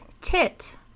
tit